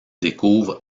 découvre